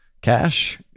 cash